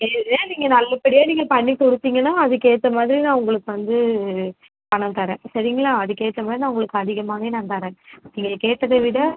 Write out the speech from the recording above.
இது எல்லாம் நீங்கள் நல்லபடியாக நீங்கள் பண்ணிக் கொடுத்திங்கன்னா அதுக்கு ஏற்ற மாதிரி நான் உங்களுக்கு வந்து பணம் தர்றேன் சரிங்களா அதுக்கு ஏற்ற மாதிரி நான் உங்களுக்கு அதிகமாகவே நான் தர்றேன் நீங்கள் கேட்டதை விட